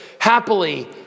happily